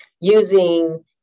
using